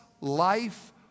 life